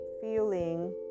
feeling